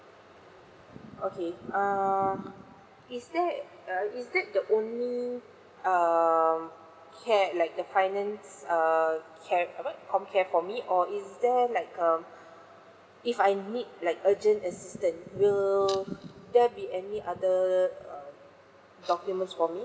okay um is there uh is that the only um care like the finance err care apa comcare for me or is there like um if I need like urgent assistance will there be any other um documents for me